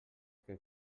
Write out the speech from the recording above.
que